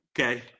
okay